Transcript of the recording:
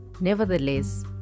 Nevertheless